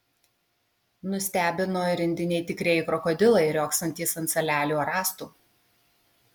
nustebino ir indiniai tikrieji krokodilai riogsantys ant salelių ar rąstų